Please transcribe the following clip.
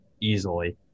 easily